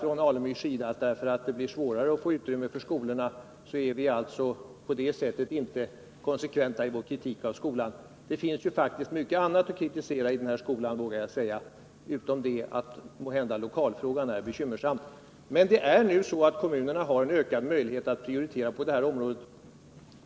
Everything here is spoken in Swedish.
På grund av att det blir svårare att få utrymme i skolorna skulle vi alltså inte vara konsekventa i vår kritik av skolan. Det finns ju faktiskt mycket att kritisera i skolan, vågar jag säga, utöver detta att lokalfrågan måhända är bekymmersam. Men nu är det så att kommunerna har en ökad möjlighet att prioritera på det här området.